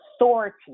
authority